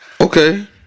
okay